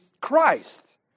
Christ